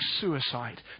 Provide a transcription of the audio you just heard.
suicide